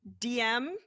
DM